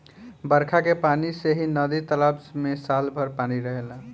बरखा के पानी से ही नदी तालाब में साल भर पानी रहेला